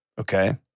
Okay